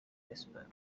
whisper